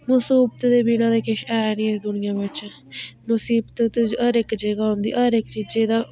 मसीबत दे बिना ते किश ऐ नी इस दुनिया च मसीबत हर इक जगह् च गै औंदी हर इक चीज़ै